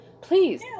please